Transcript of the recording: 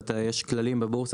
יש כללים בבורסה,